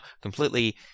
completely